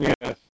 Yes